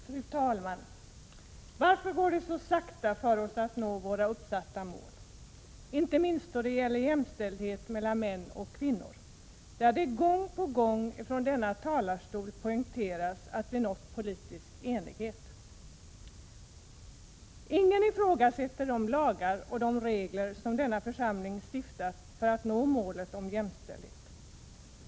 Fru talman! Varför går det så långsamt för oss att nå våra uppsatta mål, inte minst då det gäller jämställdhet mellan män och kvinnor, där det från kammarens talarstol gång på gång poängteras att vi nått politisk enighet? Ingen ifrågasätter de lagar och regler som denna församling stiftat för att nå målet jämställdhet.